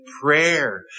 prayer